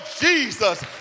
Jesus